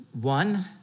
one